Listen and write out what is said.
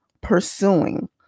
pursuing